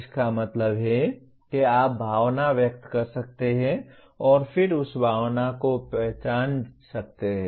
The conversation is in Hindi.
इसका मतलब है कि आप भावना व्यक्त कर सकते हैं और फिर उस भावना को पहचान सकते हैं